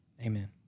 Amen